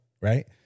Right